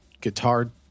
guitar